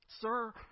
Sir